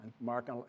Mark